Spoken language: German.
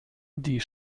die